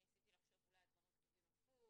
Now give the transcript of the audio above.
אני ניסיתי לחשוב אולי על דברים כתובים הפוך,